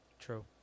True